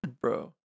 Bro